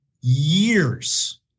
years